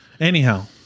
Anyhow